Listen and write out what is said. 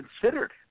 considered